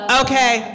okay